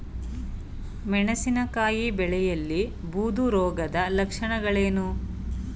ಮೆಣಸಿನಕಾಯಿ ಬೆಳೆಯಲ್ಲಿ ಬೂದು ರೋಗದ ಲಕ್ಷಣಗಳೇನು?